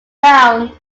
found